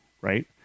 Right